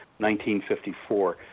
1954